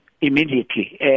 Immediately